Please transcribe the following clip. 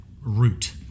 root